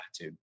attitude